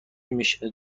میشه